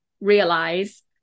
realize